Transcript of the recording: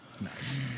Nice